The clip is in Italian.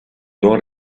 don